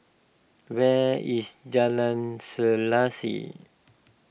where is Jalan Selaseh